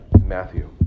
Matthew